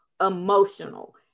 emotional